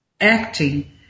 acting